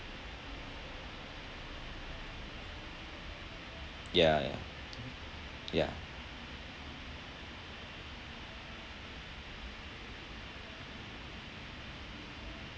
ya ya ya